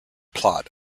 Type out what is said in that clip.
plot